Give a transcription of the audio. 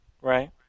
Right